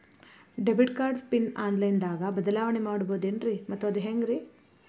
Debit card pin online ದಾಗ ಬದಲಾವಣೆ ಮಾಡಬಹುದೇನ್ರಿ ಮತ್ತು ಅದು ಹೆಂಗ್ರಿ?